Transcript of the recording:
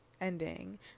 ending